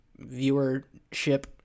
viewership